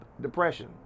depression